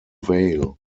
avail